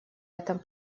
этом